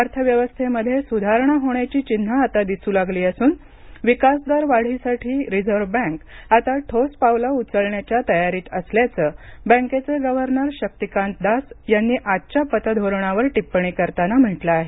अर्थव्यवस्थेमध्ये सुधारणा होण्याची चिन्हं आता दिसू लागली असून विकासदर वाढीसाठी रिझर्व्ह बँक आता ठोस पावलं उचलण्याच्या तयारीत असल्याचं बँकेचे गव्हर्नर शक्तीकांत दास यांनी आजच्या पतधोरणावर टिप्पणी करताना म्हटलं आहे